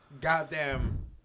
Goddamn